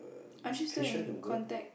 aren't you still in contact